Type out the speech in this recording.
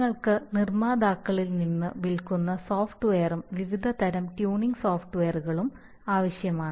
നിങ്ങൾക്ക് നിർമ്മാതാക്കളിൽ നിന്ന് വിൽക്കുന്ന സോഫ്റ്റ്വെയറും വിവിധ തരം ട്യൂണിംഗ് സോഫ്റ്റ്വെയറുകളും ആവശ്യമാണ്